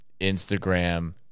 instagram